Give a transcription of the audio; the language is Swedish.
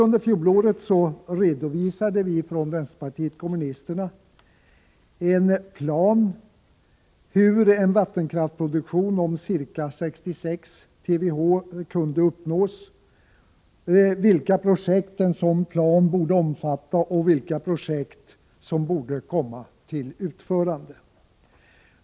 Under fjolåret redovisade vpk en plan för hur en vattenkraftsproduktion om ca 66 TWh/år kunde uppnås, vilka projekt en sådan plan borde omfatta och vilka projekt som borde komma till utförande.